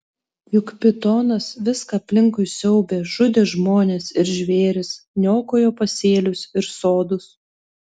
juk pitonas viską aplinkui siaubė žudė žmones ir žvėris niokojo pasėlius ir sodus